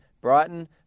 Brighton